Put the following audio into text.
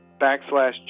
backslash